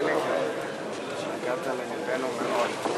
חלקן עשה חיליק אפילו בהתנדבות.